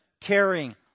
caring